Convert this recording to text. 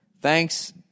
Thanks